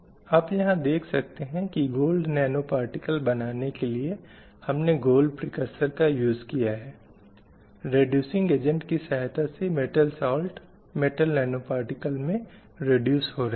हालांकि विधायी और न्यायिक विकास की प्रक्रिया में अब यह ऐसी स्थिति में आ गया है कि प्रक्रिया में कहीं न कहीं समानता का मुद्दा संबोधित किया गया है